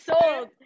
sold